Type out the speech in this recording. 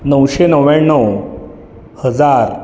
नऊशे नव्याण्णव हजार